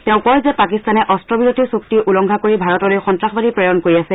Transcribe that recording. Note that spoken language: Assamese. তেওঁ কয় যে পাকিস্তানে অস্ত্ৰবিৰোতি চুক্তি উলংঘ কৰি ভাৰতলৈ সন্নাসবাদী প্ৰেৰণ কৰি আছে